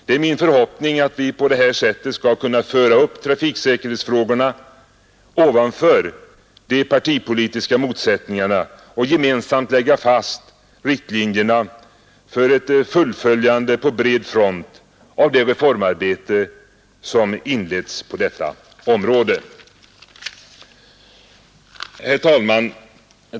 Det är min förhoppning att vi på detta sätt skall kunna föra upp trafiksäkerhetsfrågorna ovanför de partipolitiska motsättningarna och gemensamt lägga fast riktlinjerna för ett fullföljande på bred front av det reformarbete som inletts på detta område. Herr talman!